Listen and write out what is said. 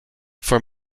for